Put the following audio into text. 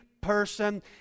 person